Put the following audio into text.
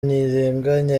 ntirenganya